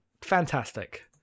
Fantastic